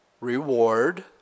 Reward